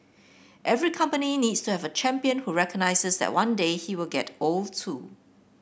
every company needs to have a champion who recognises that one day he will get old too